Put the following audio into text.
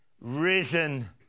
risen